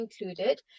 included